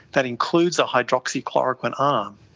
that includes a hydroxychloroquine arm.